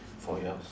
for yours